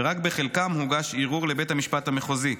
ורק בחלקם הוגש ערעור לבית המשפט המחוזי.